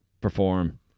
perform